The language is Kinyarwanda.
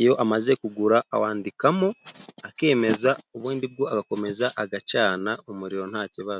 iyo amaze kugura awandikamo akemeza ubundi bwo agakomeza agacana umuriro ntakibazo.